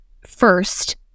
first